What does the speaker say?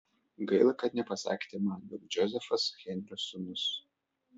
gaila kad nepasakėte man jog džozefas henrio sūnus